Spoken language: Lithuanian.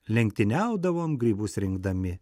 lenktyniaudavom grybus rinkdami